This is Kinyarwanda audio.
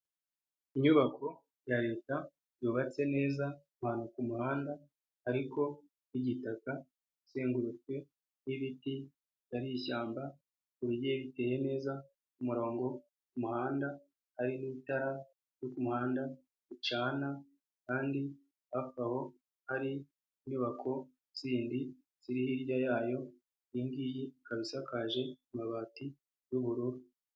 Inyubako ya Leta yubatse neza ahantu ku muhanda ariko h'igitaka izengurutswe n'ibiti bitari ishyamba bigiye biteye neza ku murongo, umuhanda hari n'itara ryo kumuhanda ricana kandi hafi aho hari inyubako zindi ziri hirya yayo, iyi ngiyi ikaba isakaje amabati y'ubururu.